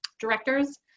directors